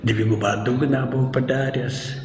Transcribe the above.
dvigubą dugną buvau padaręs